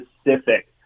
specific